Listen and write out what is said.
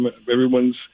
everyone's